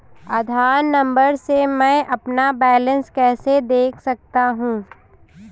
आधार number से मैं अपना बैलेंस कैसे देख सकता हूँ?